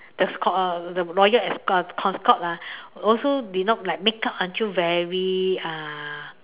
the scho~ uh the lawyer escort uh consort ah also did not like makeup until very uh